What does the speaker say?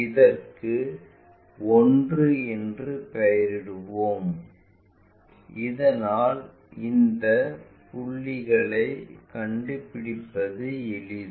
இதற்கும் 1 என்று பெயரிடுவோம் இதனால் இந்த புள்ளிகளை கண்டுபிடிப்பது எளிது